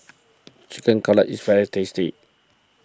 Chicken Cutlet is very tasty